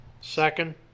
Second